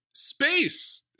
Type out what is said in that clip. space